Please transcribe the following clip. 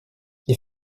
les